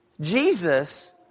Jesus